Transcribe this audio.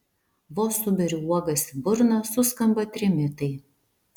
vos suberiu uogas į burną suskamba trimitai